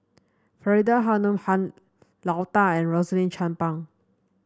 Faridah Hanum Han Lao Da and Rosaline Chan Pang